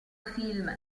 film